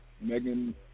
Megan